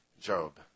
Job